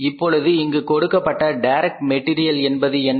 இப்பொழுது இங்கு கொடுக்கப்பட்ட டைரக்ட் மெட்டீரியல் என்பது என்ன